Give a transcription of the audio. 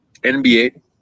NBA